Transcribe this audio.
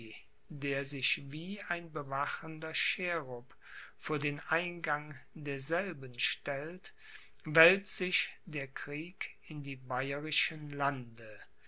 der sich wie ein bewachender cherub vor den eingang derselben stellt wälzt sich der krieg in die bayerischen lande